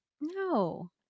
No